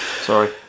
sorry